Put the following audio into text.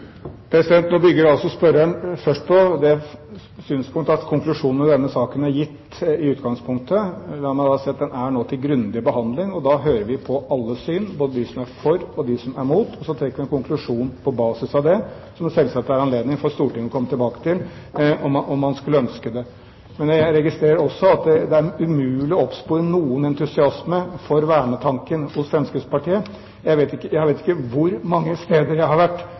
Nå bygger altså spørreren først på det synspunkt at konklusjonen i denne saken er gitt i utgangspunktet. La meg da si at den nå er til grundig behandling, og da hører vi på alle syn, både dem som er for og dem som er mot, og så trekker man konklusjonen på basis av det, som det selvsagt er anledning for Stortinget å komme tilbake til om man skulle ønske det. Men jeg registrerer også at det er umulig å spore noen entusiasme for vernetanken hos Fremskrittspartiet. Jeg vet ikke hvor mange steder jeg har vært,